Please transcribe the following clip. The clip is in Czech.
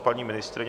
Paní ministryně?